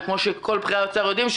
וכמו שכל בכירי האוצר יודעים,